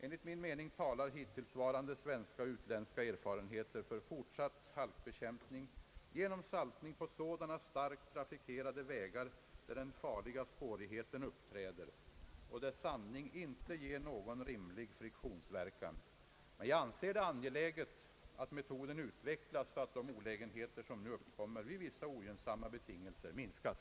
Enligt min mening talar hittillsvarande svenska och utländska erfarenheter för = fortsatt halkbekämpning genom saltning på sådana starkt trafikerade vägar där den farliga spårigheten uppträder och där sandning inte ger någon rimlig friktionsverkan. Men jag anser det angeläget att metoden utvecklas så att de olägenheter som nu uppkommer vid vissa ogynnsamma betingelser minskas.